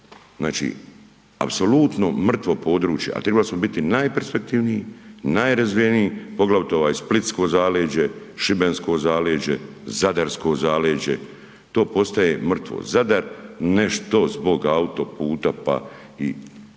znači apsolutno mrtvo područje, a tribali smo biti najperspektivniji, najrazvijeniji poglavito ovaj splitsko zaleđe, šibensko zaleđe, zadarsko zaleđe, to postaje mrtvo. Zadar ne što zbog autoputa pa i